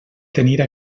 tenir